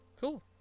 Cool